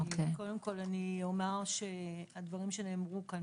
קודם כול אני אומר שהדברים שנאמרו כאן,